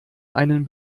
einen